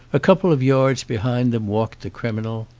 a couple of yards behind them walked the criminal.